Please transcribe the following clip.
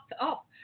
up